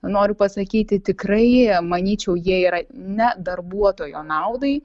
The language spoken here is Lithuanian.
noriu pasakyti tikrai manyčiau jie yra ne darbuotojo naudai